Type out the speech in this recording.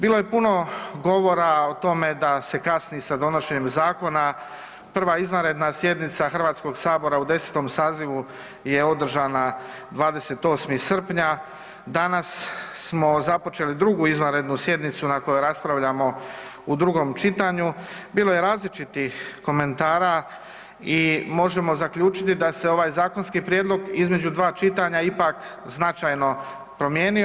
Bilo je puno govora o tome da se kasni sa donošenjem zakona, prva izvanredna sjednica Hrvatskog sabora u 10. sazivu je održana 28. srpnja, danas smo započeli 2. izvanrednu sjednicu na kojoj raspravljamo u drugom čitanju, bilo je različitih komentara i možemo zaključiti da se ovaj zakonski prijedlog između dva čitanja ipak značajno promijenio.